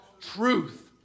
truth